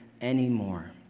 anymore